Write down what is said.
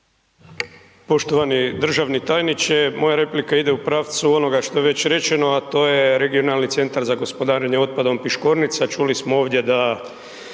Poštovani državni tajniče, moja replika ide u pravcu onoga što je već rečeno, a to je regionalni CGO Piškornica. Čuli smo ovdje da